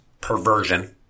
perversion